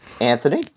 Anthony